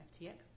FTX